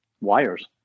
wires